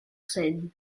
seine